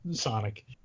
Sonic